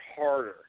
harder